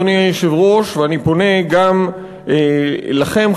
ואני פונה גם אליכם,